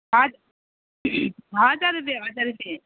हजुर हजार रुपियाँ हजार रुपियाँ